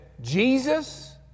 Jesus